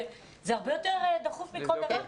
זה הרבה יותר דחוף מכל דבר,